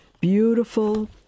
beautiful